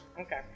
okay